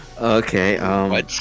Okay